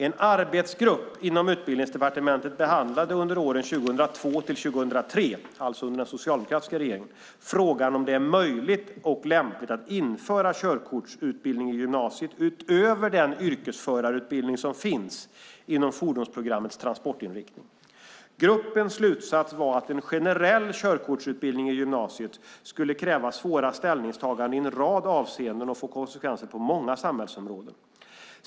En arbetsgrupp inom Utbildningsdepartementet behandlade under åren 2002-2003 - alltså under den socialdemokratiska regeringen - frågan om det är möjligt och lämpligt att införa körkortsutbildning i gymnasiet utöver den yrkesförarutbildning som finns inom fordonsprogrammets transportinriktning. Gruppens slutsats var att en generell körkortsutbildning i gymnasiet skulle kräva svåra ställningstaganden i en rad avseenden och få konsekvenser på många samhällsområden.